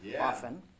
often